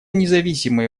независимые